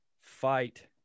fight